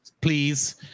please